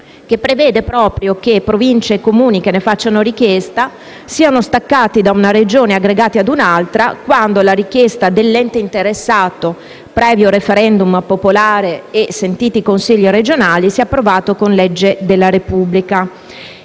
prevede che le Province e i Comuni che ne facciano richiesta siano staccati da una Regione e aggregati a un'altra quando la richiesta dell'ente interessato, previo *referendum* popolare e sentiti i Consigli regionali, sia approvato con legge della Repubblica.